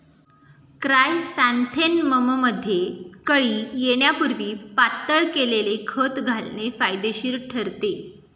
क्रायसॅन्थेमममध्ये कळी येण्यापूर्वी पातळ केलेले खत घालणे फायदेशीर ठरते